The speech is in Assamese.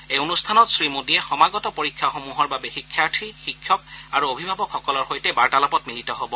এই অনুষ্ঠানত শ্ৰীমোদীয়ে সমাগত পৰীক্ষাসমূহৰ বাবে শিক্ষাৰ্থী শিক্ষক আৰু অভিভাৱকসকলৰ সৈতে বাৰ্তালাপত মিলিত হব